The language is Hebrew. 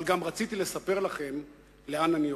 אבל רציתי לספר לכם גם לאן אני הולך.